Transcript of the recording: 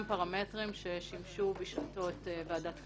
פרמטרים ששימשו בשעתו את ועדת קנאי,